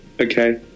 Okay